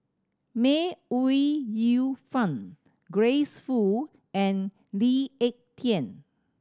May Ooi Yu Fen Grace Fu and Lee Ek Tieng